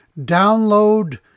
Download